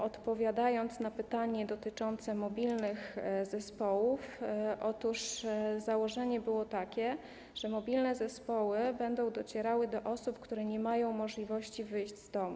Odpowiadając na pytanie dotyczące mobilnych zespołów: otóż założenie było takie, że mobilne zespoły będą docierały do osób, które nie mają możliwości wyjścia z domu.